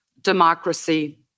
democracy